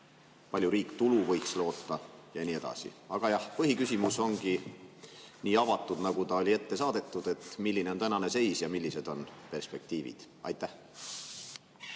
palju riik tulu võiks loota? Ja nii edasi. Aga jah, põhiküsimus ongi nii avatud, nagu ta oli ette saadetud: milline on tänane seis ja millised on perspektiivid? Aitäh,